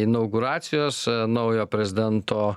inauguracijos naujo prezidento